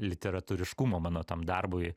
literatūriškumo mano tam darbui